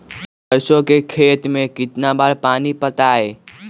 सरसों के खेत मे कितना बार पानी पटाये?